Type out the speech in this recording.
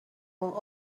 would